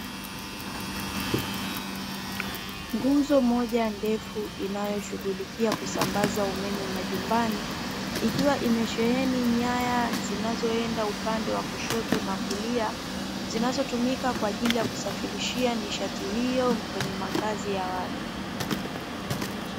Nguzo moja ndefu inayoshughulikia kusambaza umeme majumbani, ikiwa imesheheni nyaya zinazoenda upande wa kushoto na kulia zinazotumika kwaajili ya kusafirishia nishati hiyo kwenye makazi ya watu